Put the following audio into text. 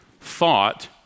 thought